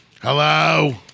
Hello